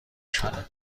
شده